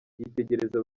yitegereza